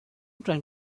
trying